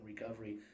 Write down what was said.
recovery